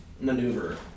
maneuver